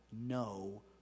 no